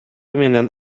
менен